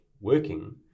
working